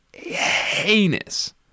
heinous